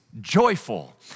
joyful